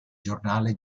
giornale